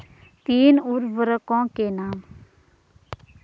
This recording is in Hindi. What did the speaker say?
तीन उर्वरकों के नाम?